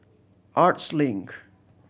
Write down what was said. Arts Link